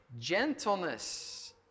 gentleness